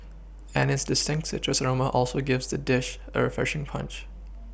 and its distinct citrus aroma also gives the dish a refreshing punch